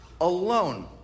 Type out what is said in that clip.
alone